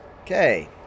Okay